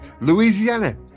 Louisiana